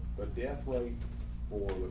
but death way for